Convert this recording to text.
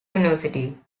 university